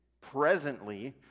presently